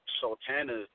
Sultana